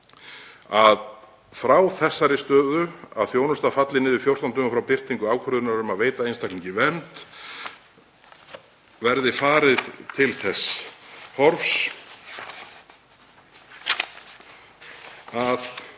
að frá þessari stöðu, að þjónusta falli niður 14 dögum frá birtingu ákvörðunar um að veita einstaklingum vernd, verði farið til þess horfs að